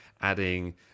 adding